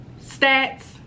stats